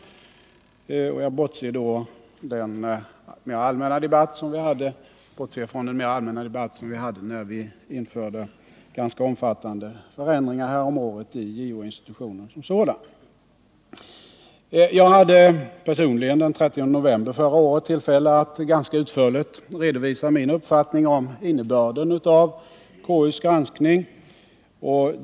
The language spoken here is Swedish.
Jag bortser då från den mer allmänna debatt som vi hade när vi häromåret genomförde ganska omfattande ändringar i JO-institutionen som sådan. Den 30 november förra året hade jag personligen tillfälle att ganska utförligt redovisa min uppfattning om innebörden av KU:s granskning.